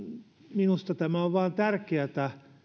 minusta on vain tärkeätä